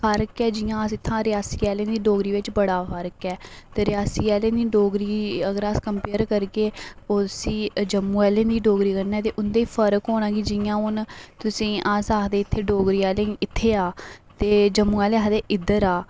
फर्क ऐ जि'यां अस इत्थै रियासी आह्लें दी डोगरी बिच बड़ा फर्क ऐ ते रियासी आह्लें दी डोगरी अगर अस कम्पेयर करगे उसी जम्मू आह्लें दी डोगरी कन्नै ते उं'दे च फर्क होना कि जि'यां हून तुसेंगी अस आखदे इत्थै डोगरी आह्लें गी इत्थै आ ते जम्मू आह्ले आखदे इद्धर आ